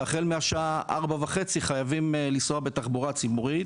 שהחל מהשעה 16:30 חייבים לנסוע בתחבורת ציבורית,